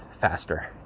faster